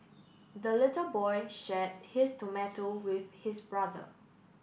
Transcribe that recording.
the little boy share his tomato with his brother